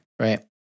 Right